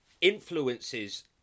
influences